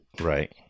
right